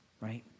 Right